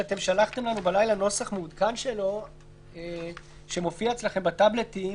ששלחתם לנו בלילה נוסח מעודכן שלו שמופיע אצלכם בטאבלטים.